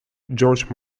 george